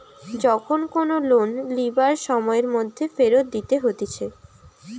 যখন কোনো লোন লিবার সময়ের মধ্যে ফেরত দিতে হতিছে